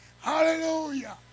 Hallelujah